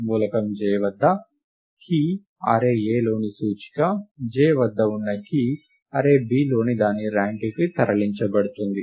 మూలకం j వద్ద key - array Aలోని సూచిక j వద్ద ఉన్న కీ అర్రే Bలోని దాని ర్యాంక్కి తరలించబడుతుంది